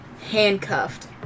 handcuffed